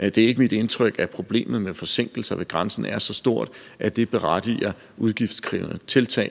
Det er ikke mit indtryk, at problemet med forsinkelser ved grænsen er så stort, at det berettiger udgiftskrævende tiltag.